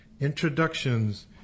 introductions